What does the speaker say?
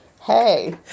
Hey